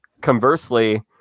conversely